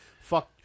Fuck